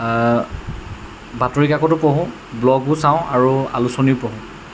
বাতৰিকাকতো পঢ়োঁ ব্লগো চাওঁ আৰু আলোচনীও পঢ়োঁ